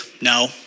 No